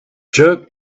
jerk